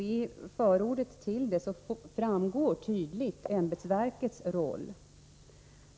Av förordet till det framgår tydligt ämbetsverkets roll.